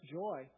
joy